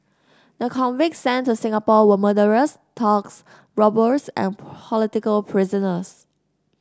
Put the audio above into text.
the convicts sent to Singapore were murderers thugs robbers and political prisoners